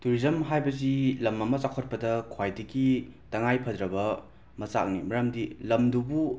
tourism ꯍꯥꯏꯕꯁꯤ ꯂꯝ ꯑꯃ ꯆꯥꯎꯈꯠꯄꯗ ꯈ꯭ꯋꯥꯏꯗꯒꯤ ꯇꯉꯥꯏ ꯐꯗ꯭ꯔꯕ ꯃꯆꯥꯛꯅꯤ ꯃꯔꯝꯗꯤ ꯂꯝꯗꯨꯕꯨ